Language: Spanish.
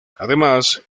además